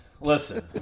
listen